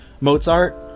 Mozart